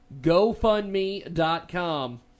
GoFundMe.com